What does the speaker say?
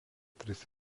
tris